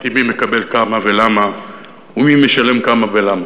היא מי מקבל כמה ולמה ומי משלם כמה ולמה.